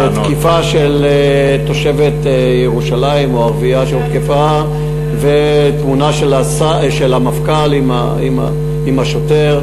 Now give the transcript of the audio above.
לתקיפה של תושבת ירושלים או ערבייה שהותקפה ותמונה של המפכ"ל עם השוטר.